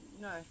No